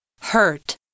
Hurt